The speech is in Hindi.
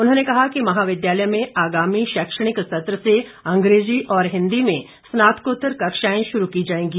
उन्होंने कहा कि महाविद्यालय में आगामी शैक्षणिक सत्र से अंग्रेजी और हिंदी में स्नातकोत्तर कक्षाएं शुरू की जाएंगी